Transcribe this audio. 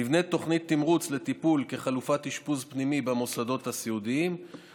נבנית תוכנית תמרוץ לטיפול במוסדות הסיעודיים כחלופת אשפוז פנימי.